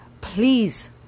please